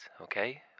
Okay